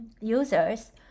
users